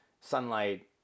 sunlight